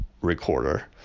recorder